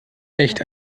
echt